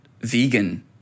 vegan